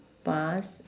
past